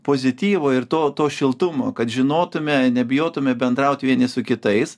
pozityvo ir to to šiltumo kad žinotume nebijotume bendraut vieni su kitais